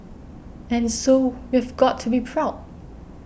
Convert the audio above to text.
and so we've got to be proud